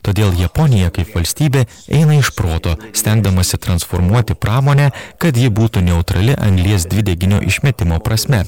todėl japonija kaip valstybė eina iš proto stengdamasi transformuoti pramonę kad ji būtų neutrali anglies dvideginio išmetimo prasme